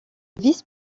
vice